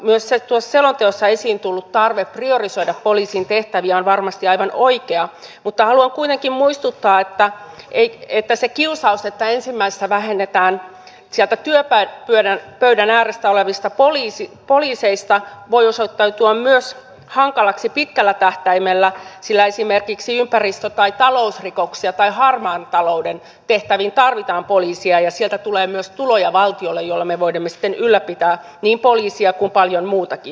myös selonteossa esiin tullut tarve priorisoida poliisin tehtäviä on varmasti aivan oikea mutta haluan kuitenkin muistuttaa että se kiusaus että ensimmäisenä vähennetään työpöydän ääressä olevista poliiseista voi osoittautua myös hankalaksi pitkällä tähtäimellä sillä esimerkiksi ympäristö tai talousrikosten tai harmaan talouden tehtäviin tarvitaan poliisia ja sieltä tulee valtiolle myös tuloja joilla me voimme sitten ylläpitää niin poliisia kuin paljon muutakin